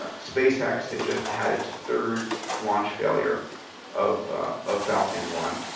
but spacex had just had its third launch failure of ah of falcon one.